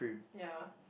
yeah